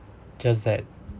just that